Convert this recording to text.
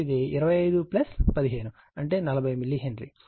కాబట్టి ఇది 25 15 అంటే 40 మిల్లీ హెన్రీ